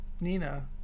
nina